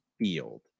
field